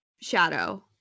shadow